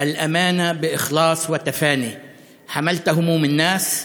מילאת את תפקידך במסירות, טיפלת בדאגות האנשים,